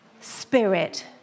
Spirit